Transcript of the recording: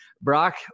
Brock